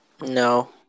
No